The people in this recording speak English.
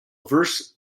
verse